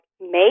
make